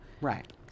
Right